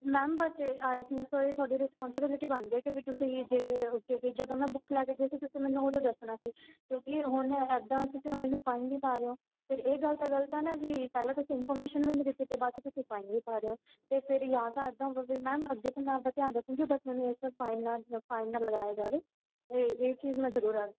ma'am but ਇਹ I think ਇਹ ਤੁਹਾਡੀ ਰਿਸਪਾਂਸੀਬਿਲਟੀ ਬਣਦੀ ਹੈ ਬਈ ਤੁਸੀਂ ਜੇ ਜਦੋਂ ਮੈਂ ਬੁੱਕ ਲੈ ਕੇ ਗਈ ਸੀ ਤੁਸੀਂ ਮੈਨੂੰ ਉਦੋਂ ਦੱਸਣਾ ਸੀ ਕਿਉਂਕਿ ਹੁਣ ਇੱਦਾਂ ਤੁਸੀਂ ਹੁਣ ਮੈਨੂੰ ਫਾਈਨ ਵੀ ਪਾ ਰਹੇ ਹੋ ਫਿਰ ਇਹ ਗੱਲ ਤਾਂ ਗ਼ਲਤ ਹੈ ਨਾ ਬਈ ਪਹਿਲਾਂ ਤੁਸੀਂ ਇਨਫੋਰਮੇਸ਼ਨ ਮੈਨੂੰ ਦਿੱਤੀ ਅਤੇ ਬਾਅਦ 'ਚ ਤੁਸੀਂ ਫਾਈਨ ਵੀ ਪਾ ਰਹੇ ਹੋ ਅਤੇ ਫਿਰ ਜਾਂ ਤਾਂ ਇੱਦਾਂ ਹੋਏ ਮੈਮ ਅੱਗੇ ਤੋਂ ਮੈਂ ਆਪਦਾ ਧਿਆਨ ਰੱਖੂੰਗੀ ਬਟ ਮੈਨੂੰ ਇਸ ਵਾਰ ਫਾਈਨ ਨਾ ਫਾਈਨ ਨਾ ਲਗਾਇਆ ਜਾਵੇ ਅਤੇ ਇਹ ਚੀਜ਼ ਮੈਂ ਜ਼ਰੂਰ ਆ